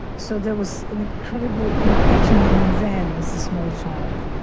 so there was an incredible compassion even then as a small child,